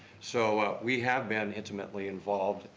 so, we have been intimately involved.